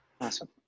Awesome